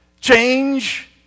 Change